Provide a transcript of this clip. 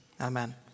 Amen